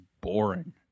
boring